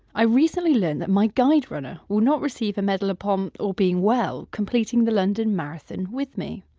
i recently learnt that my guide runner will not receive a medal upon, all being well, completing the london marathon with me.